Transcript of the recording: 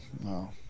no